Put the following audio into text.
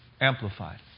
Amplified